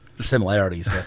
similarities